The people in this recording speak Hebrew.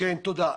תודה.